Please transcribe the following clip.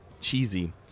cheesy